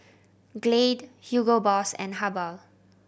Glade Hugo Boss and Habhal